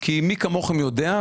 כי מי כמוכם יודע,